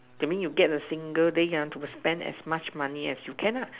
that mean you get a single day ah to spend as much money as you can lah